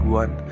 one